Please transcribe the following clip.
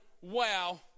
wow